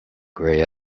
grey